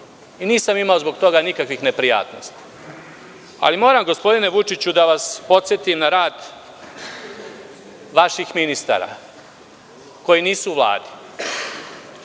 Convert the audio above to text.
Nisam imao zbog toga nikakvih neprijatnosti. Ali moram gospodine Vučiću da vas podsetim na rad vaših ministara koji nisu u Vladi.